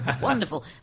wonderful